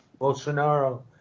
Bolsonaro